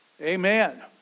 Amen